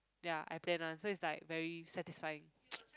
ya I plan one so it's like very satisfying